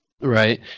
Right